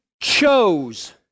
chose